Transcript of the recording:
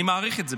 אני מעריך את זה.